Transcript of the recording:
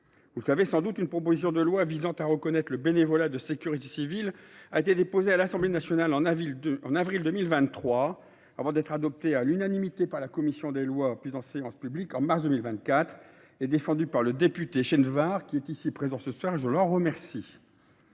Vous le savez sans doute, une proposition de loi visant à reconnaître le bénévolat de sécurité civile a été déposée à l’Assemblée nationale en avril 2023, avant d’être adoptée à l’unanimité par la commission des lois, puis en séance publique en mars 2024. Elle était défendue par le député Yannick Chenevard, qui est présent ce soir dans